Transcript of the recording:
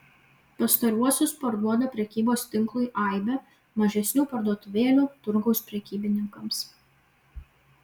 pastaruosius parduoda prekybos tinklui aibė mažesnių parduotuvėlių turgaus prekybininkams